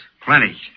Plenty